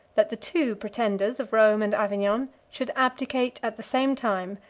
that the two pretenders of rome and avignon should abdicate at the same time,